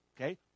okay